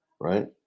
right